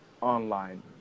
online